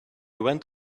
went